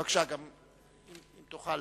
בבקשה, אם תוכל